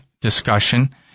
discussion